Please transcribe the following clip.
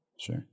Sure